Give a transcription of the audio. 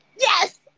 Yes